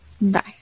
Bye